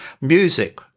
music